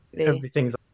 everything's